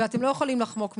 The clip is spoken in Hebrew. ואתם לא יכולים לחמוק מזה.